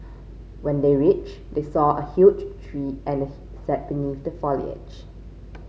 when they reached they saw a huge tree and he sat beneath the foliage